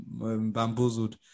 bamboozled